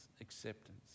acceptance